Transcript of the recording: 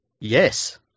Yes